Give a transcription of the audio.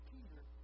Peter